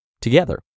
together